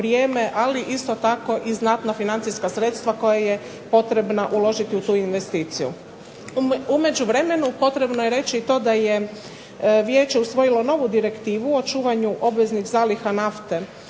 ali isto tako i znatna financijska sredstva koje je potrebno uložiti u tu investiciju. U međuvremenu potrebno je reći i to da je Vijeće usvojilo novu direktivu o čuvanju obveznih zaliha nafte